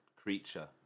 creature